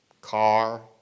car